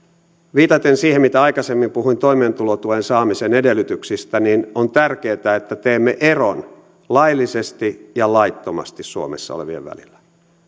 viitaten siihen mitä aikaisemmin puhuin toimeentulotuen saamisen edellytyksistä on tärkeätä että teemme eron laillisesti ja laittomasti suomessa olevien välillä